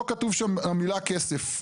לא כתוב שם המילה כסף,